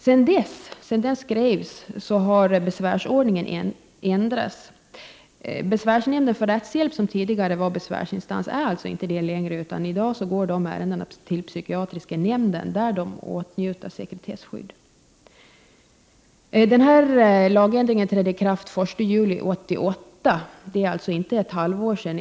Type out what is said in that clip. Sedan den motionen skrevs har besvärsordningen ändrats. Besvärsnämnden för rättshjälp som tidigare var besvärsinstans är alltså inte längre detta. I dag går dessa ärenden till psykiatriska nämnden där de åtnjuter sekretesskydd. Denna lagändring trädde i kraft den 1 juli 1988 — det är alltså inte ett halvår sedan.